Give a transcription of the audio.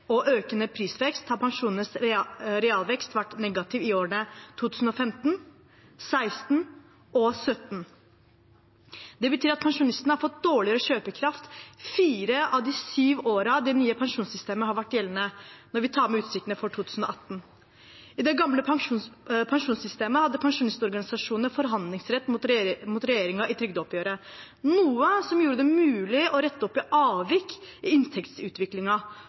og økende prisvekst har realveksten i pensjonene vært negativ i årene 2015, 2016 og 2017. Det betyr at pensjonistene har fått dårligere kjøpekraft fire av de sju årene det nye pensjonssystemet har vært gjeldende, når vi tar med utsiktene for 2018. I det gamle pensjonssystemet hadde pensjonistorganisasjonene forhandlingsrett mot regjeringen i trygdeoppgjøret, noe som gjorde det mulig å rette opp i avvik i